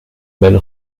belle